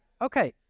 Okay